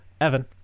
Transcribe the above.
Evan